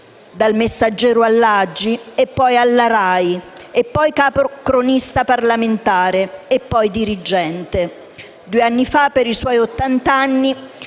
«Il Messaggero» all'AGI e poi alla RAI, poi capocronista parlamentare e dirigente. Due anni fa, per i suoi ottant'anni,